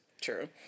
True